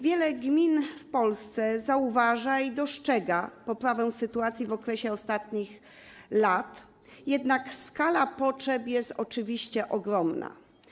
Wiele gmin w Polsce zauważa, dostrzega poprawę sytuacji w okresie ostatnich lat, jednak skala potrzeb jest oczywiście ogromna.